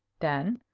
then